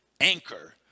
anchor